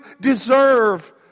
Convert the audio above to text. deserve